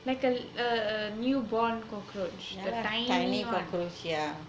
like a ugh ugh newborn cockroach the tiny one